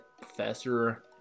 Professor